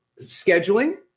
scheduling